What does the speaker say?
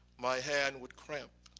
my hand would cramp.